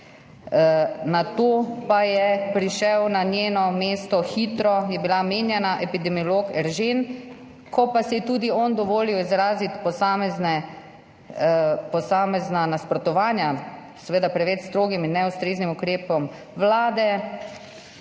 Nato je prišel na njeno mesto hitro, je bila menjana, epidemiolog Eržen. Ko pa si je tudi on dovolil izraziti posamezna nasprotovanja seveda preveč strogim in neustreznim ukrepom Vlade,